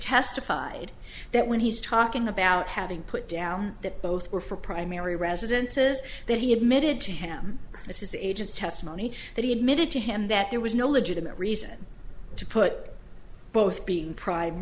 testified that when he's talking about having put down that both were for primary residences that he admitted to him this is agency testimony that he admitted to him that there was no legitimate reason to put both being pri